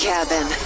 Cabin